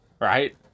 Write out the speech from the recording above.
Right